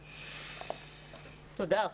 תודה.